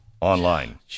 online